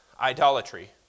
idolatry